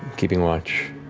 keeping watch,